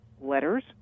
letters